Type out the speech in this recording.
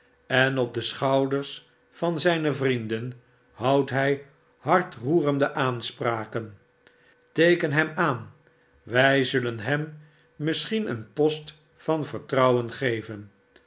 en op de schouders van zijne vrienden houdt hij hartroerende aanspraken teeken hem aan wij zullen hem misschien een post van vertrouwen geven